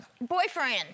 boyfriend